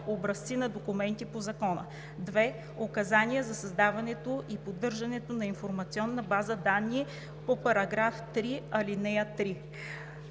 образци на документите по закона; 2. указания за създаването и поддържането на информационните бази данни по § 3, ал. 3.